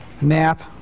map